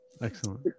Excellent